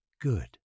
good